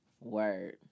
Word